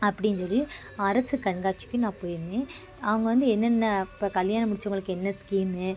அப்படின்னு சொல்லி அரசு கண்காட்சிக்கு நான் போயிருந்தேன் அவங்க வந்து என்னென்ன இப்போ கல்யாணம் முடிச்சவர்களுக்கு என்ன ஸ்கீமு